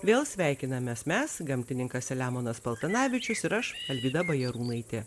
vėl sveikinamės mes gamtininkas selemonas paltanavičius ir aš alvyda bajarūnaitė